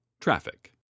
Traffic